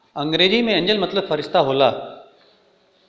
अंग्रेजी मे एंजेल मतलब फ़रिश्ता होला